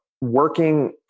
working